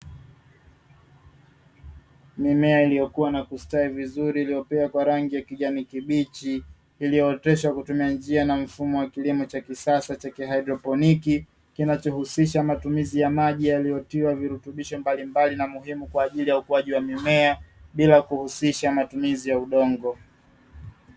Mimea iliyokua na kustawi vizuri iliyopea kwa rangi ya kijani kibichi, iliyooteshwa kutumia njia na mfumo wa kilimo cha kisasa cha kihaidroponiki kinachohusisha matumizi ya maji yalitiwa virutubisho mbalimbali na muhimu kwajili ya ukuaji wa mimea bila kuhusisha matumizi ya udongo.